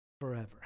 Forever